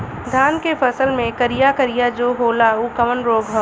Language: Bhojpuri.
धान के फसल मे करिया करिया जो होला ऊ कवन रोग ह?